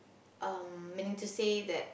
um meaning to say that